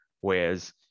Whereas